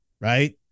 right